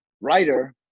writer